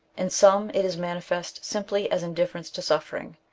in some it is manifest simply as indifference to suffer ing,